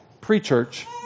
pre-church